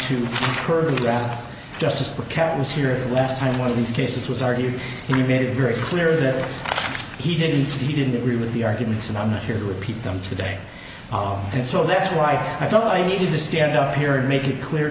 to hurt ralph just as the cat was here at the last time one of these cases was argued and he made it very clear that he didn't he didn't agree with the arguments and i'm not here to repeat them today and so that's why i thought i needed to stand up here and make it clear